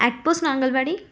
at post Nangalwadi